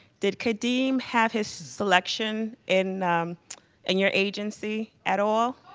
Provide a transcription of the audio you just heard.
did kadeem have his selection in and your agency at all?